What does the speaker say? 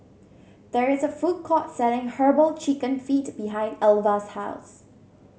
there is a food court selling herbal chicken feet behind Alva's house